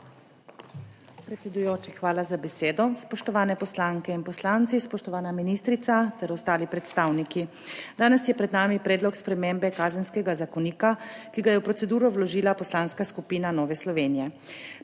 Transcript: hvala za besedo. Spoštovane poslanke in poslanci, spoštovana ministrica ter ostali predstavniki! Danes je pred nami predlog spremembe Kazenskega zakonika, ki ga je v proceduro vložila Poslanska skupina Nove Slovenije.